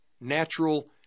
natural